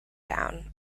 down